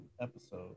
episode